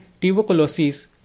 tuberculosis